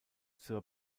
zur